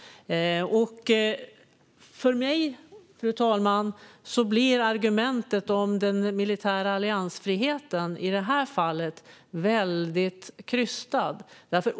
Fru talman! För mig blir argumentet om den militära alliansfriheten i detta fall väldigt krystat.